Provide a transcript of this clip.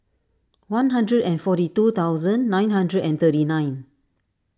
one hundred and forty two thousand nine hundred and thirty nine